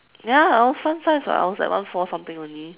ya I was fun size [what] I was one four something only